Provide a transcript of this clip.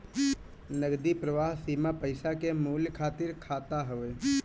नगदी प्रवाह सीमा पईसा के मूल्य खातिर खाता हवे